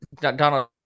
donald